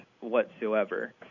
whatsoever